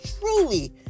truly